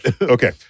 Okay